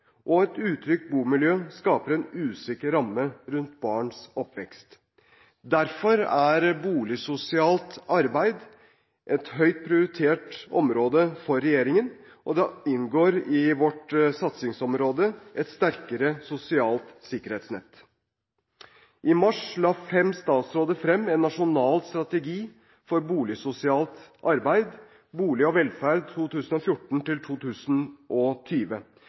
og et utrygt bomiljø skaper en usikker ramme rundt barns oppvekst. Derfor er boligsosialt arbeid et høyt prioritert område for regjeringen, og arbeidet inngår i vårt satsingsområde om et sterkere sosialt sikkerhetsnett. I mars la fem statsråder frem en nasjonal strategi for boligsosialt arbeid – Bolig for velferd.